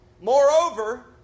Moreover